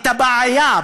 הבעיה,